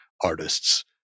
artists